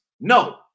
No